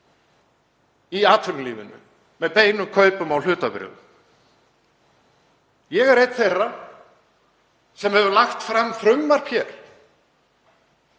í atvinnulífinu með beinum kaupum á hlutabréfum. Ég er einn þeirra sem hafa lagt fram frumvarp hér